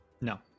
No